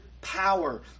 power